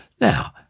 Now